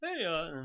hey